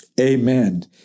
Amen